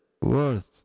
worth